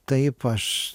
taip aš